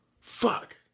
Fuck